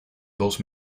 dos